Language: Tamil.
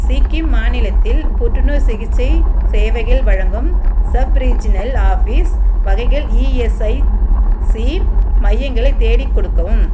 சிக்கிம் மாநிலத்தில் புற்றுநோய் சிகிச்சை சேவைகள் வழங்கும் சப் ரீஜியனல் ஆஃபீஸ் வகைகள் இஎஸ்ஐசி மையங்களை தேடிக் கொடுக்கவும்